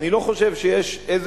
אני לא חושב שיש,